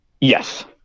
Yes